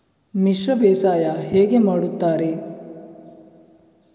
ಮಿಶ್ರ ಬೇಸಾಯ ಹೇಗೆ ಮಾಡುತ್ತಾರೆ?